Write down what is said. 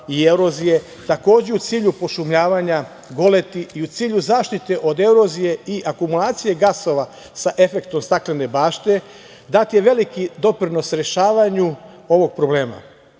i erozije, takođe u cilju pošumljavanja goleti i u cilju zaštite od erozije i akumulacije gasova sa efektom staklene bašte dati veliki doprinos rešavanju ovog problema. Tadašnje